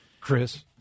Chris